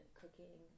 cooking